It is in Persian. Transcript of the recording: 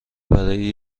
برای